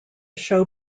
show